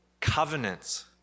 covenants